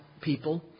people